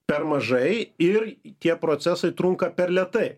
per mažai ir tie procesai trunka per lėtai